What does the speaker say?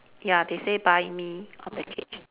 ya they say buy me on the cage